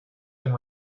been